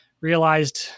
Realized